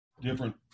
different